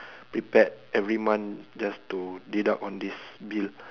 prepared every month just to deduct on this bill